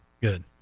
good